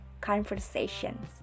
conversations